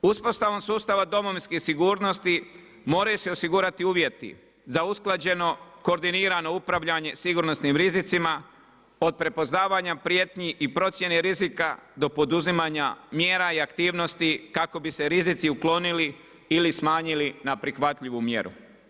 Uspostavom sustava Domovinske sigurnosti moraju se osigurati uvjeti za usklađeno, koordinirano upravljanje sigurnosnim rizicima od prepoznavanja prijetnji i procjene rizika do poduzimanja mjera i aktivnosti kako bi se rizici uklonili ili smanjili na prihvatljivu mjeru.